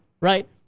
right